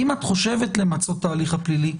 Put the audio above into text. אם את חושבת למצות את ההליך הפלילי,